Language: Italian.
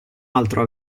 altro